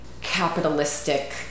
capitalistic